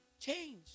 change